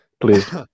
Please